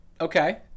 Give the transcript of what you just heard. Okay